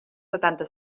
setanta